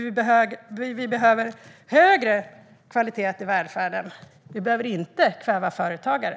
Vi behöver nämligen högre kvalitet i välfärden. Vi behöver inte kväva företagare.